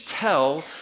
tell